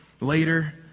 later